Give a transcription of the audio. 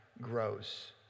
grows